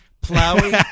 plowing